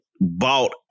bought